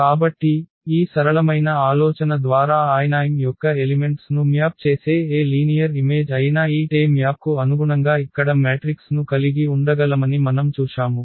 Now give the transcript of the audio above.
కాబట్టి ఈ సరళమైన ఆలోచన ద్వారా RnRm యొక్క ఎలిమెంట్స్ ను మ్యాప్ చేసే ఏ లీనియర్ ఇమేజ్ అయినా ఈ Te మ్యాప్ కు అనుగుణంగా ఇక్కడ మ్యాట్రిక్స్ ను కలిగి ఉండగలమని మనం చూశాము